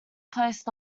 placed